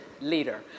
Leader